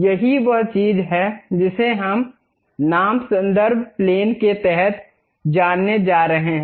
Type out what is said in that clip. यही वह चीज है जिसे हम नाम संदर्भ प्लेन के तहत जानने जा रहे हैं